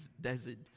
desert